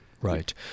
right